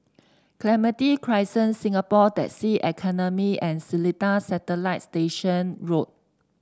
Clementi Crescent Singapore Taxi Academy and Seletar Satellite Station Road